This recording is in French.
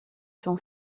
son